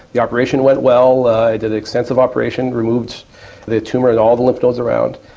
the operation went well, i did an extensive operation, removed the tumour and all the lymph nodes around.